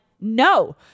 no